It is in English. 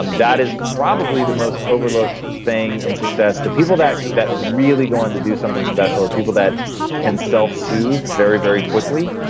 and that is probably the most overlooked thing in success. the people that that really go on to do something special are people that can self-soothe very, very quickly,